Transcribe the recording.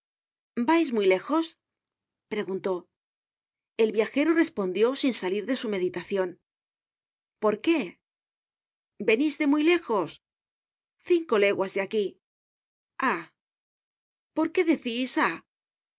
vais muy lejos preguntó el viajero respondió sin salir de su meditacion por qué venís de muy lejos cinco leguas de aquí ah por qué decís ah